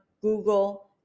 Google